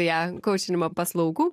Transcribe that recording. ją kaučinimo paslaugų